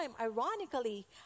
ironically